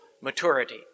maturity